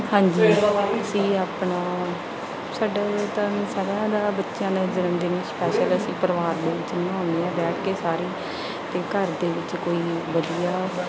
ਹਾਂਜੀ ਅਸੀਂ ਆਪਣਾ ਸਾਡਾ ਤਾਂ ਜੀ ਸਾਰਾ ਬੱਚਿਆਂ ਦਾ ਜਨਮਦਿਨ ਸਪੈਸ਼ਲ ਅਸੀਂ ਪਰਿਵਾਰ ਦੇ ਵਿੱਚ ਮਨਾਉਂਦੇ ਹਾਂ ਬੈਠ ਕੇ ਸਾਰੇ ਅਤੇ ਘਰ ਦੇ ਵਿੱਚ ਕੋਈ ਵਧੀਆ